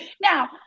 Now